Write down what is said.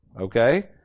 okay